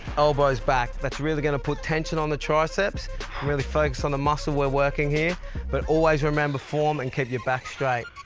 elbows back. that's really going to put tension on the triceps and really focus on the muscle we're working here but always remember form and keep your back straight.